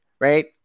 right